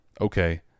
okay